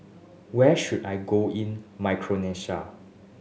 where should I go in Micronesia